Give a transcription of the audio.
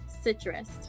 Citrus